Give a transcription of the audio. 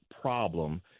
problem